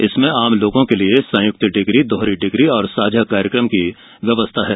इसमें आम लोगों के लिए संयुक्त डिग्री दोहरी डिग्री और साझा कार्यक्रम की व्यवस्था है